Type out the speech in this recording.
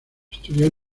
estudió